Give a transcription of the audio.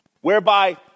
whereby